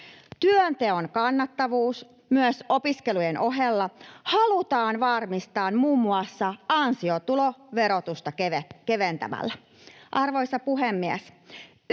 Työnteon kannattavuus myös opiskelujen ohella halutaan varmistaa muun muassa ansiotuloverotusta keventämällä. Arvoisa puhemies!